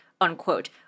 unquote